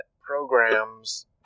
programs